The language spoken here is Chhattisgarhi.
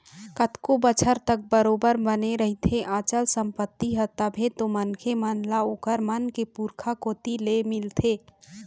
कतको बछर तक बरोबर बने रहिथे अचल संपत्ति ह तभे तो मनखे मन ल ओखर मन के पुरखा कोती ले मिलथे